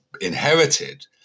inherited